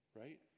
right